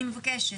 אני מבקשת.